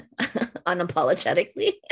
unapologetically